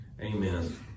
Amen